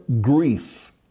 grief